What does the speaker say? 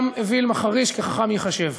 גם אוויל מחריש חכם ייחשב.